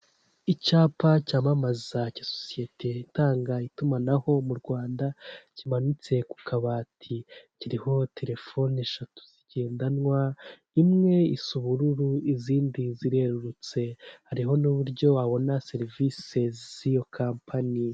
Icyapa cyamamaza cya sosiyete itanga itumanaho mu Rwanda, kimanitse ku kabati, kiriho telefoni eshatu zigendanwa, imwe isa ubururu izindi zirerurutse, hariho n'uburyo wabona serivise z'iyo kampani.